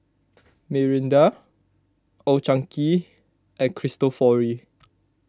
Mirinda Old Chang Kee and Cristofori